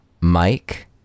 Mike